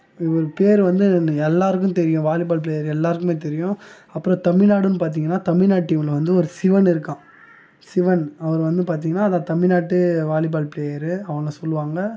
இவர் பெயர் வந்து எல்லாருக்கும் தெரியும் வாலிபால் ப்ளேயர் எல்லாருக்குமே தெரியும் அப்புறம் தமிழ்நாடுனு பார்த்தீங்கன்னா தமிழ்நாட்டு டீமில் வந்து ஒரு சிவன் இருக்கான் சிவன் அவர் வந்து பார்த்தீங்கன்னா அதான் தமிழ்நாட்டு வாலிபால் ப்ளேயரு அவனை சொல்லுவாங்கள்